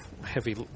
heavy